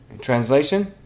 Translation